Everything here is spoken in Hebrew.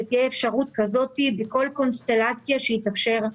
שתהיה אפשרות כזאת בכל קונסטלציה שתתאפשר.